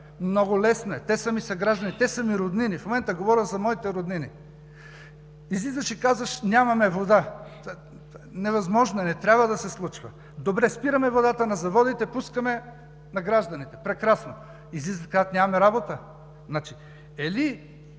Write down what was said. Много е лесно – те са ми съграждани, те са ми роднини. В момента говоря за моите роднини. Излиза, че казваш: нямаме вода! Невъзможно е, не трябва да се случва. Добре, спираме водата на заводите и пускаме на гражданите – прекрасно! Излизат и казват: нямаме работа! Или